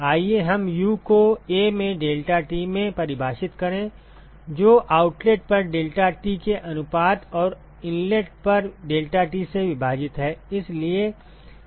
आइए हम U को A में deltaT में परिभाषित करें जो आउटलेट पर डेल्टा टी के अनुपात और इनलेट पर डेल्टा टी से विभाजित है